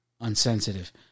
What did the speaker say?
unsensitive